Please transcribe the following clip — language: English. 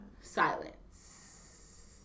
Silence